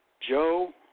Joe